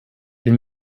den